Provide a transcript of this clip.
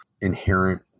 inherent